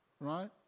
right